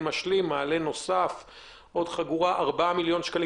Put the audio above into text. משלים זה 4 מיליון שקלים.